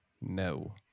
No